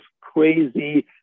crazy